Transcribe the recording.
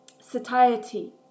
satiety